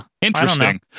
Interesting